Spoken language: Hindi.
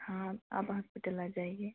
हाँ आप हॉस्पिटल आ जाइए